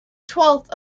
twelfth